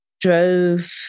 drove